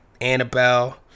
Annabelle